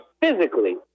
physically